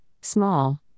Small